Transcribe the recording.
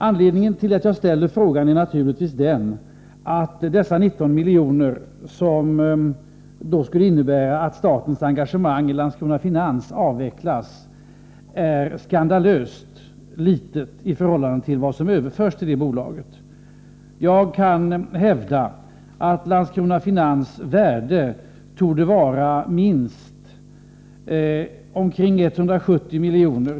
Anledningen till att jag har ställt frågan är naturligtvis att det engångsbelopp på 19 miljoner som innebär att statens engagemang i Landskrona Finans avvecklas är skandalöst litet i förhållande till vad som överförs till bolaget. Jag hävdar att Landskrona Finans värde torde vara minst omkring 170 miljoner.